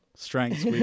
Strengths